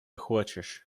хочешь